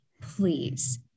please